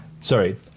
Sorry